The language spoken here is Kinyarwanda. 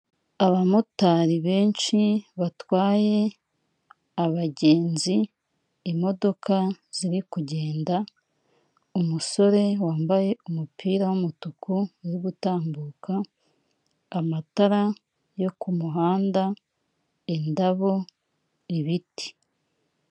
Aba motari benshi batwaye abagenzi imodoka ziri kugenda umusore wambaye umupira w’umutuku uri gutambuka amatara yo ku muhanda indabo ibiti.